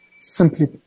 simply